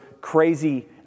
crazy